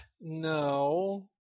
No